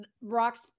rocks